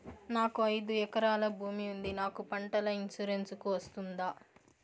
నాకు ఐదు ఎకరాల భూమి ఉంది నాకు పంటల ఇన్సూరెన్సుకు వస్తుందా?